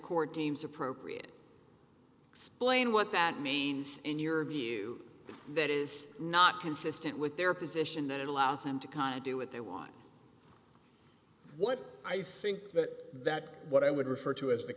court deems appropriate explain what that means in your view that is not consistent with their position that it allows them to kind of do what they want what i think that what i would refer to as